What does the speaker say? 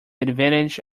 advantage